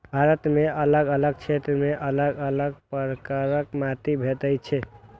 भारत मे अलग अलग क्षेत्र मे अलग अलग प्रकारक माटि भेटै छै